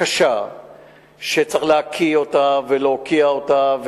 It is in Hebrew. קשה שצריך להקיא אותה ולהוקיע אותה.